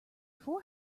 four